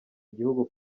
igihugu